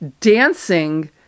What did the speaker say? dancing